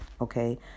okay